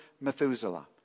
Methuselah